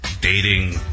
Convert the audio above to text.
Dating